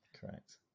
correct